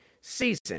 season